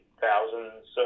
thousands